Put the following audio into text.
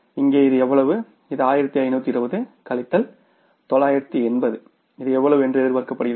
இங்கே இது எவ்வளவு இது 1520 கழித்தல் 980 இது எவ்வளவு என்று எதிர்பார்க்கப்படுகிறது